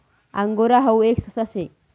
angora हाऊ एक ससा शे